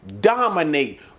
dominate